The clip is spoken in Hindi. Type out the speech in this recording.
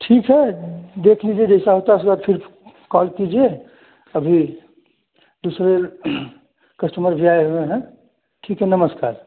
ठीक है देख लीजिये जैसा होता है उसमें फिर कॉल कीजिये अभी पिछले कस्टमर जो आये हुए हैं ठीक है नमस्कार